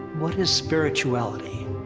what is spirituality.